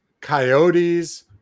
coyotes